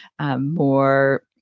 more